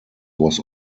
was